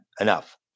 enough